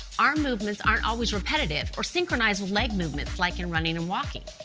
arm movements aren't always repetitive or synchronized with leg movements like in running and walking.